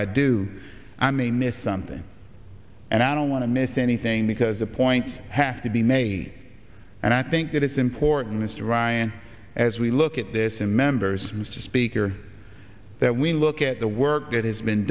i do i may miss something and i don't want to miss anything because the points have to be made and i think that it's important to ryan as we look at this in members mr speaker that we look at the work that has been